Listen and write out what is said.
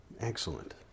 Excellent